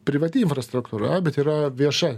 privati infrastruktūra bet yra vieša